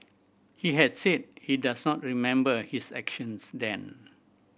he had said he does not remember his actions then